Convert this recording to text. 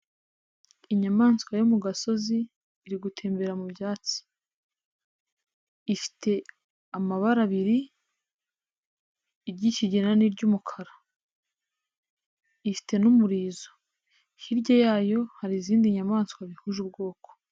Inyamaswa yo mu gasozi iri gutembera mu byatsi, ifite amabara abiri iry'ikigina ny'umukara, ifita n'umurizo hirya yayo hari izindi nyamaswa bihuje ubwoko.